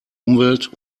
umwelt